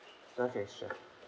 okay sure